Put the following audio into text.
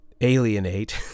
alienate